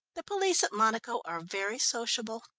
the police at monaco are very sociable.